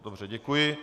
Dobře, děkuji.